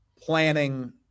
planning